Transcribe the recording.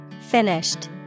Finished